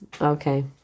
okay